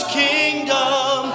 kingdom